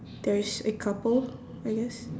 there is a couple I guess